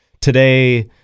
Today